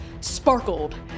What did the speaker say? sparkled